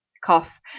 cough